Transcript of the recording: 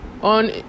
on